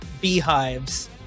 beehives